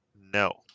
No